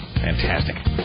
Fantastic